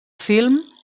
film